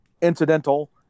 incidental